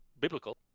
biblical